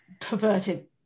perverted